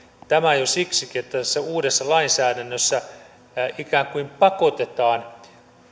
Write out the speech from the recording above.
tämä jo siksikin että tässä uudessa lainsäädännössä ikään kuin pakotetaan